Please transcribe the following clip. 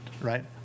right